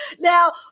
Now